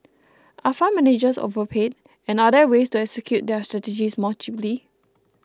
are fund managers overpaid and are there ways to execute their strategies more cheaply